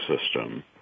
system